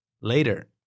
Later